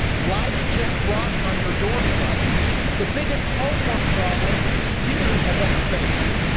life just dropped on your doorstep the biggest homework problem you have ever faced.